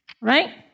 Right